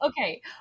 Okay